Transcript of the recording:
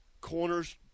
corners